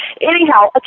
Anyhow